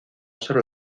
sobre